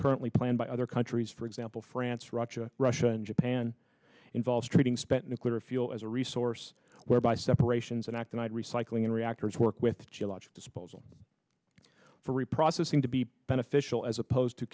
currently planned by other countries for example france russia russia and japan involves treating spent nuclear fuel as a resource whereby separations and acting out recycling in reactors work with geologic disposal for reprocessing to be beneficial as opposed to